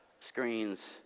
screens